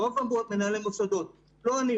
רוב מנהלי המוסדות לא אני,